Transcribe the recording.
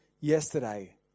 Yesterday